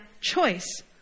choice